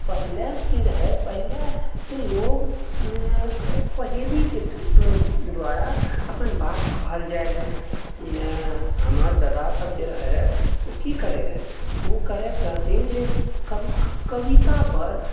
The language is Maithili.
पहिले की रहै पहिलेके लोग पहेलीके थ्रू द्वारा अपन बात कहल जाय रहै हमर दादा सब जे रहै ओ की करै रहै ओ करैत रहथिन जे कविता पर